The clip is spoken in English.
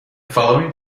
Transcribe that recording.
following